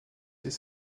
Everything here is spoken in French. des